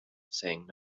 saying